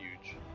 huge